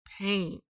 pain